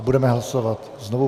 Budeme hlasovat znovu.